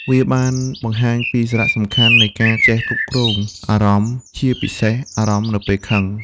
វាបានបង្ហាញពីសារៈសំខាន់នៃការចេះគ្រប់គ្រងអារម្មណ៍ ជាពិសេសអារម្មណ៍នៅពេលខឹង។